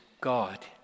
God